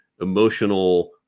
emotional